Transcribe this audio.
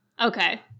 Okay